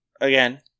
again